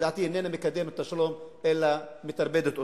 שלדעתי איננה מקדמת את השלום אלא מטרפדת אותו.